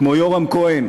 כמו יורם כהן,